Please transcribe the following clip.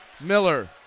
Miller